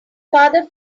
father